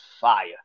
fire